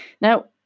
Now